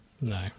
No